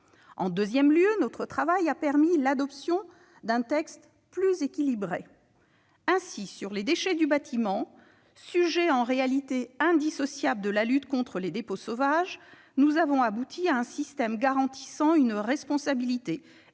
En deuxième lieu, notre travail a permis l'adoption d'un texte plus équilibré. En témoigne le traitement de la question des déchets du bâtiment, sujet en réalité indissociable de la lutte contre les dépôts sauvages : nous avons abouti à un système garantissant une responsabilité